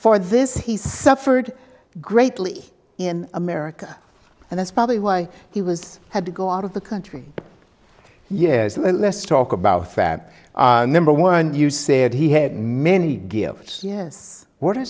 for this he suffered greatly in america and that's probably why he was had to go out of the country yes well let's talk about fab number one you said he had many gifts yes what are